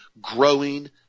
growing